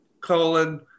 colon